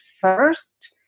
first